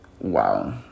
wow